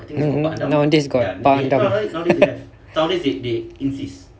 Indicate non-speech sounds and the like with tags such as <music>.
mm mm nowadays got pak andam <laughs>